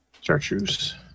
Chartreuse